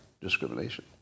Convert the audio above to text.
discrimination